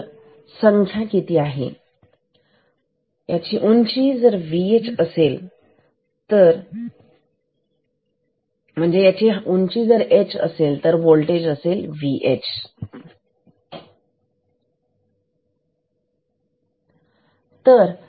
तर संख्या किती आहे उंचीला आपण Vh असं म्हणून हे एक होल्टेज आहे